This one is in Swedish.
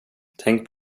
tänk